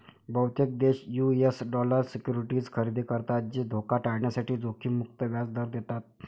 बहुतेक देश US dollar securities खरेदी करतात जे धोका टाळण्यासाठी जोखीम मुक्त व्याज दर देतात